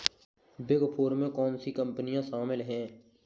Big four में कौन सी कंपनियाँ शामिल हैं?